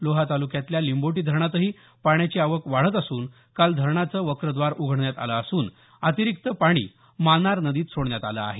लोहा तालुक्यातल्या लिंबोटी धरणातही पाण्याची आवक वाढत असून काल धरणाचं वक्रद्वार उघडण्यात आलं असून अतिरिक्त पाणी मानार नदीत सोडण्यात आलं आहे